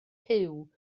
puw